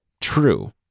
True